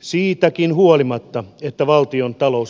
siitäkin huolimatta että valtiontalous on ahtaalla